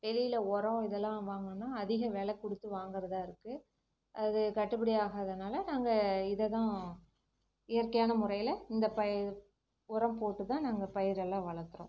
வெளியில் உரம் இதெல்லாம் வாங்கணுன்னால் அதிக வெலை கொடுத்து வாங்கறதாக இருக்குது அது கட்டுப்படி ஆகாதனால் நாங்கள் இதை தான் இயற்கையான முறையில் இந்த பை உரம் போட்டு தான் நாங்கள் பயிர் எல்லாம் வளர்க்குறோம்